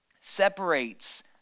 separates